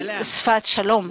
היא שפת שלום,